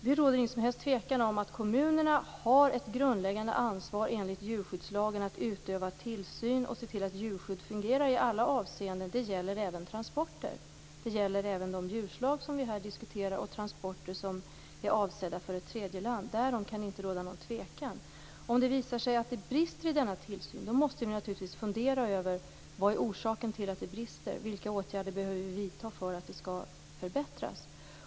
Det råder ingen som helst tvekan om att kommunerna har ett grundläggande ansvar enligt djurskyddslagen att utöva tillsyn och se till att djurskyddet fungerar i alla avseenden. Det gäller även transporter. Det gäller även de djurslag som vi här diskuterar och transporter som är avsedda för tredje land. Därom kan det inte råda någon tvekan. Om det visar sig att det brister i denna tillsyn måste vi naturligtvis fundera över vad som är orsaken till att det brister och vilka åtgärder vi behöver vidta för att situationen skall förbättras.